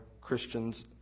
Christians